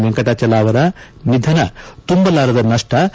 ವೆಂಕಟಾಚಲ ಅವರ ನಿಧನ ತುಂಬಲಾರದ ನಷ್ನ